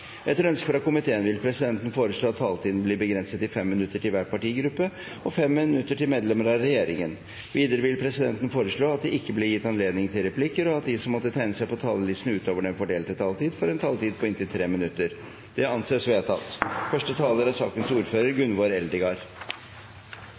Etter ønske fra kontroll- og konstitusjonskomiteen vil presidenten foreslå at taletiden blir begrenset til 5 minutter til hver partigruppe og 5 minutter til medlemmer av regjeringen. Videre vil presidenten foreslå at det ikke blir gitt anledning til replikker, og at de som måtte tegne seg på talerlisten utover den fordelte taletid, får en taletid på inntil 3 minutter. – Det anses vedtatt. Såkornfonda er